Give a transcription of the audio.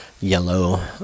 yellow